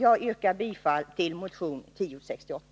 Jag yrkar bifall till motion 1068.